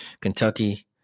Kentucky